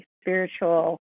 spiritual